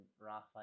Raphael